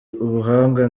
ubuhanga